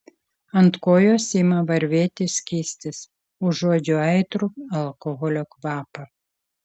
ant kojos ima varvėti skystis užuodžiu aitrų alkoholio kvapą